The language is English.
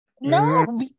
No